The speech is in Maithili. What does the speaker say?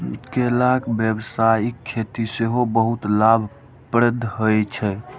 केलाक व्यावसायिक खेती सेहो बहुत लाभप्रद होइ छै